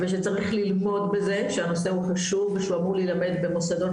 אבל שצריך ללמוד בזה שהנושא הוא חשוב ושהוא אמור להילמד במוסדות